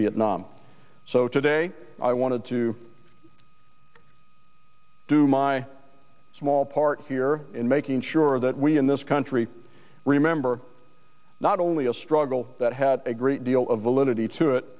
vietnam so today i wanted to do my small part here in making sure that we in this country remember not only a struggle that had a great deal of validity to it